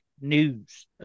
news